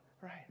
right